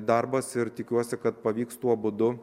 darbas ir tikiuosi kad pavyks tuo būdu